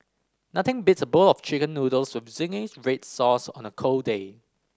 nothing beats a bowl of Chicken Noodles with zingy red sauce on a cold day